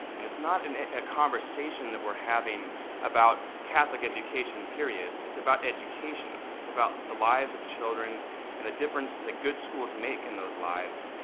and it's not in a conversation that we're having about catholic education, period. it's about education. it's about the lives of children and the difference that good schools make in those lives.